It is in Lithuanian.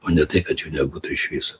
o ne tai kad jų nebūtų iš viso